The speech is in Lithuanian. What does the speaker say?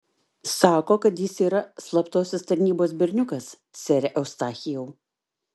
sako kad jis yra slaptosios tarnybos berniukas sere eustachijau